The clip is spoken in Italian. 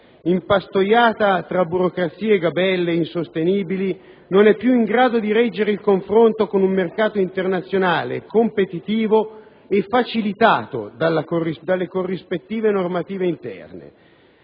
impastoiata tra burocrazia e gabelle insostenibili, non è più in grado di reggere il confronto con un mercato internazionale competitivo e facilitato dalle corrispettive normative interne.